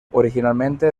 originalmente